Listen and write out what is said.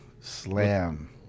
slam